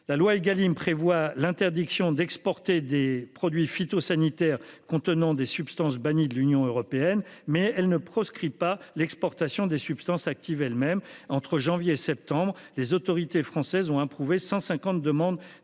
La loi Egalim prévoit l'interdiction d'exporter des produits phytosanitaires contenant des substances bannies de l'Union européenne, mais elle ne proscrit pas l'exportation des substances actives même entre janvier et septembre, les autorités françaises ont approuvé 150 demandes